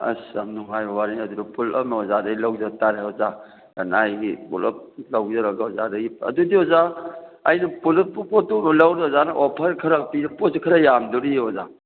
ꯑꯁ ꯌꯥꯝ ꯅꯨꯡꯉꯥꯏꯕ ꯋꯥꯔꯤꯅꯤ ꯑꯗꯨꯗꯤ ꯄꯨꯂꯞꯅ ꯑꯣꯖꯥꯗꯩ ꯂꯧꯖꯕ ꯇꯥꯔꯦ ꯑꯣꯖꯥ ꯅꯅꯥꯏꯒꯤ ꯄꯨꯂꯞ ꯂꯧꯖꯔꯒ ꯑꯣꯖꯥꯗꯒꯤ ꯑꯗꯨ ꯑꯣꯖꯥ ꯑꯩꯅ ꯄꯨꯂꯞ ꯄꯣꯠꯇꯨ ꯂꯧꯔꯗꯤ ꯑꯣꯖꯥꯅ ꯑꯣꯐꯔ ꯄꯤꯎ ꯄꯣꯠꯁꯦ ꯈꯔ ꯌꯥꯝꯗꯣꯔꯤꯌꯦ ꯑꯣꯖꯥ